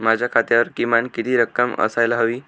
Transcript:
माझ्या खात्यावर किमान किती रक्कम असायला हवी?